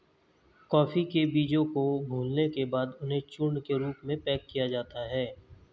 coffee के बीजों को भूलने के बाद उन्हें चूर्ण के रूप में पैक किया जाता है